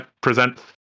present